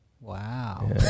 Wow